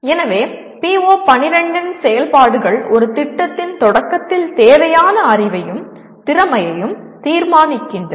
எனவே PO12 இன் செயல்பாடுகள் ஒரு திட்டத்தின் தொடக்கத்தில் தேவையான அறிவையும் திறமையையும் தீர்மானிக்கின்றன